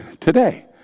today